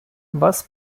was